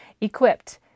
equipped